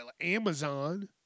Amazon